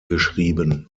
geschrieben